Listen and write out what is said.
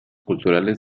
culturales